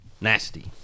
Nasty